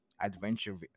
adventure